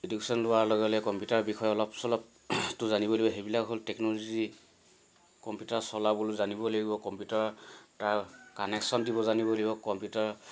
education লোৱাৰ লগে লগে কম্পিউটাৰ বিষয়ে অলপ চলপটো জানিবই লাগিব সেইবিলাক হ'ল টেকনলজি কম্পিউটাৰ চলাবলৈ জানিবই লাগিব কম্পিউটাৰ তাৰ কানেকশ্যন দিব জানিবই লাগিব কম্পিউটাৰ